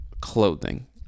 clothing